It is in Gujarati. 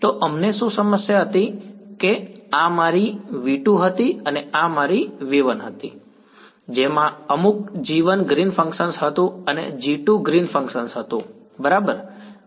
તો અમને શું સમસ્યા હતી કે આ મારી V 2 હતી અને આ મારી V 1 હતી જેમાં અમુક g1 green's function green's function હતું અને g2 ગ્રીન્સ ફંક્શન હતું બરાબર